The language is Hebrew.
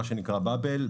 מה שנקרא באבל,